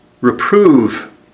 reprove